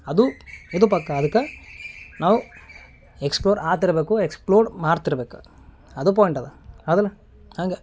ಅದು ಇದು ಪಕ್ಕಾ ಅದಕ್ಕೆ ನಾವು ಎಕ್ಸ್ಫ್ಲೋರ್ ಆತಿರ್ಬೇಕು ಎಕ್ಸ್ಫ್ಲೋರ್ ಮಾಡ್ತಿರ್ಬೇಕು ಅದು ಪಾಯಿಂಟ್ ಅದ ಹೌದಲ್ಲಾ ಹಂಗೆ